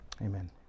amen